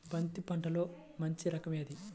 బంతి పంటలో మంచి రకం ఏది?